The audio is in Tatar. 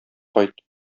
кайт